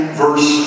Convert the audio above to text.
verse